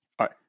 Right